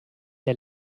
der